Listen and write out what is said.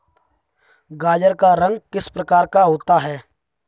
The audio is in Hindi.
गाजर का रंग किस प्रकार का होता है?